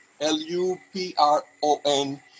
l-u-p-r-o-n